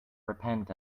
repent